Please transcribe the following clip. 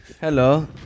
Hello